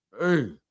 Hey